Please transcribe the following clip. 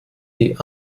die